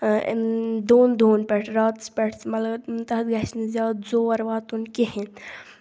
A دۄن دۄہَن پیٚٹھ راتَس پیٚٹھ مطلب تَتھ گَژھِنہٕ زیادٕ زور واتُن کہیٖنٛۍ